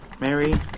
Mary